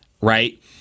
right